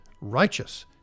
righteous